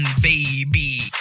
baby